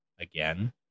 again